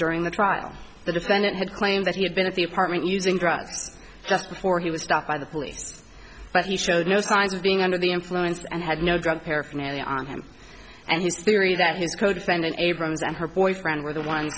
during the trial the defendant had claimed that he had been at the apartment using drugs just before he was stopped by the police but he showed no signs of being under the influence and had no drug paraphernalia on him and his theory that his codefendant abrams and her boyfriend were the ones